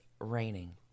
raining